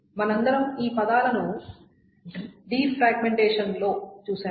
మనమందరం ఈ పదాలను డిఫ్రాగ్మెంటేషన్ లో చూశాము